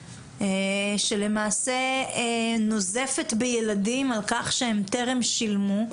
שלמעשה נוזפת בילדים על כך שהם טרם שילמו,